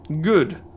Good